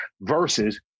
versus